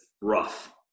rough